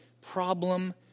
problem